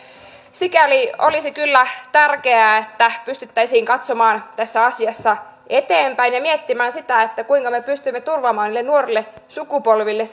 sikäli olisi kyllä tärkeää että pystyttäisiin katsomaan tässä asiassa eteenpäin ja miettimään sitä kuinka me pystymme turvaamaan nuorille sukupolville